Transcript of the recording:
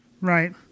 Right